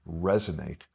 resonate